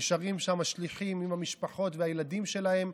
נשארים שם שליחים עם המשפחות והילדים שלהם,